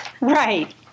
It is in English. Right